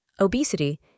obesity